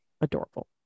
adorable